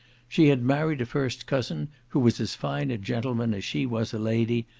she had married a first cousin, who was as fine a gentleman as she was a lady,